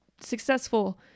successful